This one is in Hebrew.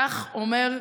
כך אומר,